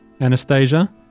Anastasia